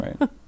Right